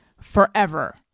forever